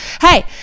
Hey